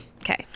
Okay